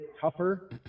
tougher